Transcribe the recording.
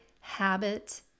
habit